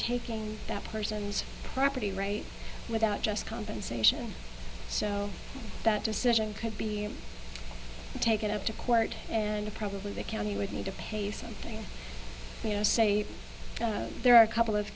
taking that person's property right without just compensation so that decision could be taken up to court and probably the county would need to pay something you know say there are a couple of